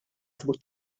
jaħdmu